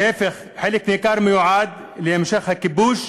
להפך, חלק ניכר מיועד להמשך הכיבוש,